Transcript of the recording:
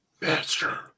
Master